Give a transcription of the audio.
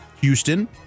Houston